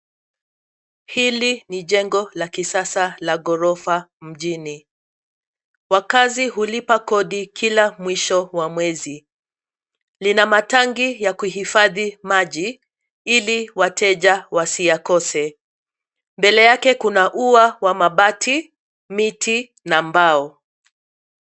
Hili ni jengo la kisasa la ghorofa mjini. Wakazi hulipa kodi kila mwisho wa mwezi. Lina matangi ya kuhifadhi maji ili wateja wasiyakose. Mbele yake kuna ua wa mabati, miti na mbao.